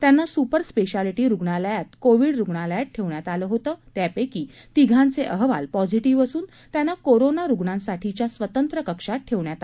त्यांना super speciality रूग्णालयातील Covid रूग्णालयात ठेवण्यात आलं होतं त्यापक्षी तिघांचे अहवाल पॉझिटिव्ह असून त्यांना कोरोना रूग्णांसाठीच्या स्वतंत्र कक्षात ठेवण्यात आलं आहे